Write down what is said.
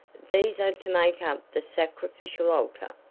these are to make up the sacrificial altar.